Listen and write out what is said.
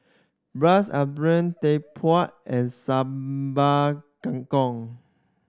braised and Sambal Kangkong